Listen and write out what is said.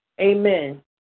Amen